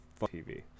TV